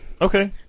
Okay